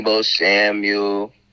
samuel